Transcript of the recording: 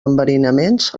enverinaments